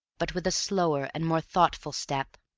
but with a slower and more thoughtful step,